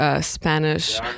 Spanish